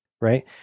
Right